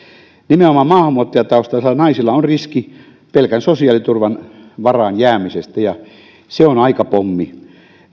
nimenomaan maahanmuuttajataustaisilla naisilla on riski pelkän sosiaaliturvan varaan jäämisestä ja se on aikapommi